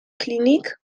kliniek